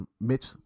Mitch